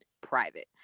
private